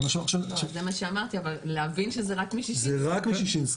זה מה שאמרתי, אבל להבין שזה רק משישינסקי.